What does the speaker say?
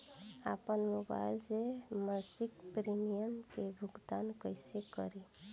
आपन मोबाइल से मसिक प्रिमियम के भुगतान कइसे करि?